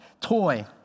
toy